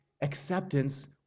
acceptance